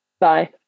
Bye